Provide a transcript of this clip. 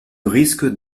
risque